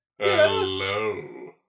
Hello